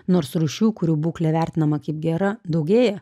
nors rūšių kurių būklė vertinama kaip gera daugėja